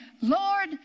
Lord